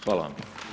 Hvala vam.